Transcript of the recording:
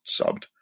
subbed